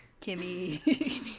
Kimmy